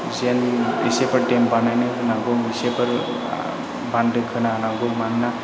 जेन इसेफोर देम बानायनो नांगौ इसेफोर बान्दो खोना होनांगौ मानोना